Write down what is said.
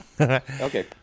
Okay